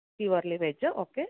purely veg okay